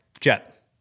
jet